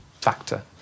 factor